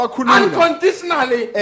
unconditionally